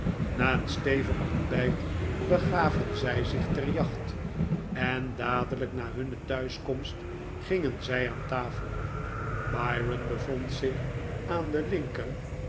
na een stevig ontbijt begaven zij zich ter jacht en dadelijk na hunne thuiskomst gingen zij aan tafel byron bevond zich aan de linkeren